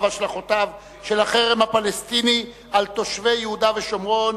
והשלכותיו של החרם הפלסטיני על תושבי יהודה ושומרון,